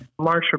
Marsha